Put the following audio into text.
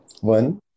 One